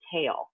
tail